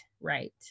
Right